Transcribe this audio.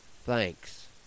Thanks